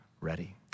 ready